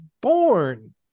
born